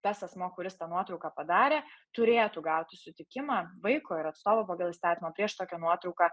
tas asmuo kuris tą nuotrauką padarė turėtų gauti sutikimą vaiko ir atstovo pagal įstatymą prieš tokią nuotrauką